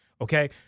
okay